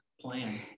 plan